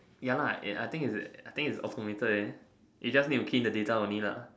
ya lah I think it's I think it's automated eh you just need to key in the data only lah